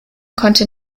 konnte